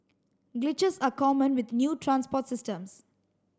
glitches are common with new transport systems